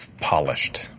polished